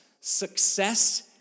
success